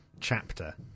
chapter